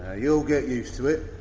ah you'll get used to it.